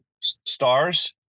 Stars